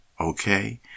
Okay